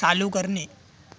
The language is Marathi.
चालू करणे